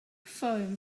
foam